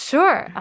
Sure